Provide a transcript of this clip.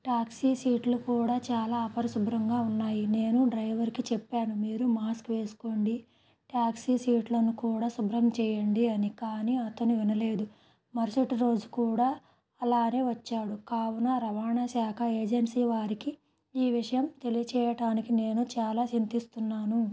taxi సీట్లు కూడా చాలా అపరిశుభ్రంగా ఉన్నాయి నేను డ్రైవర్కి చెప్పాను మీరు మాస్క్ వేసుకోండి టాక్సీ సీట్లను కూడా శుభ్రం చేయండి అని కానీ అతను వినలేదు మరుసటి రోజు కూడా అలాగే వచ్చాడు కావున రవాణా శాఖ ఏజెన్సీ వారికి ఈ విషయం తెలియచేయటానికి నేను చాలా చింతిస్తున్నాను